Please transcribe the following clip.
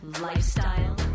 lifestyle